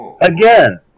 again